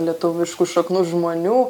lietuviškų šaknų žmonių